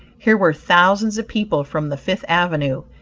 here were thousands of people from the fifth avenue,